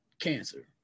cancer